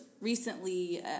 recently